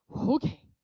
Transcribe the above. okay